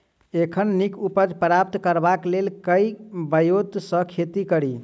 एखन नीक उपज प्राप्त करबाक लेल केँ ब्योंत सऽ खेती कड़ी?